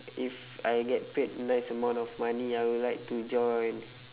if I get paid nice amount of money I would like to join